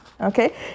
Okay